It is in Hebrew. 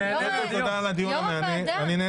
נהניתי מאוד מהדיון.